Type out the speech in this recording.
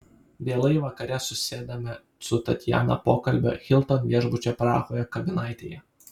vėlai vakare susėdame su tatjana pokalbio hilton viešbučio prahoje kavinaitėje